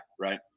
right